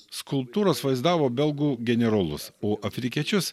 skulptūros vaizdavo belgų generolus o afrikiečius